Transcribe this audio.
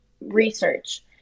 research